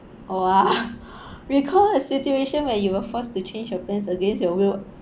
oh ah recall a situation where you were forced to change your plans against your will